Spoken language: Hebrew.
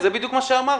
זה בדיוק מה שאמרתי.